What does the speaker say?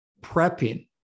prepping